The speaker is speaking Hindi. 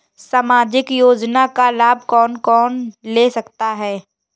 सामाजिक योजना का लाभ कौन कौन ले सकता है?